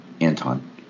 Anton